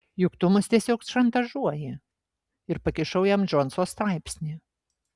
juk tu mus tiesiog šantažuoji ir pakišau jam džonso straipsnį